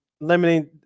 limiting